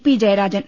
P Jayarajan